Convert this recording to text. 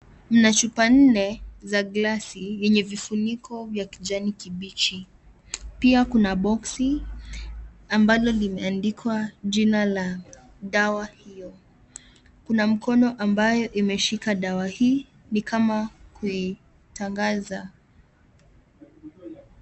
Kuna chupa nne za glasi yenye vifuniko ya kijani kibichi, pia kuna boksi, ambalo limeandika jina la dawa hiyo kuna mkono ambayo imeshika dawa hii ni kama, kuitangaza.